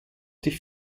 die